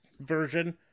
version